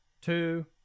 two